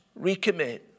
recommit